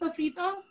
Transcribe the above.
sofrito